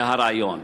זה הרעיון.